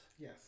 Yes